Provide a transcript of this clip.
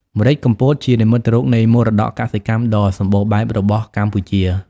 ម្រេចកំពតជានិមិត្តរូបនៃមរតកកសិកម្មដ៏សម្បូរបែបរបស់កម្ពុជា។